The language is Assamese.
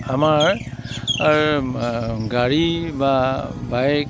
আমাৰ গাড়ী বা বাইক